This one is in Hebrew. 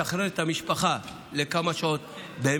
כדי לשחרר את המשפחה לכמה שעות במהלך היום.